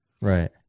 right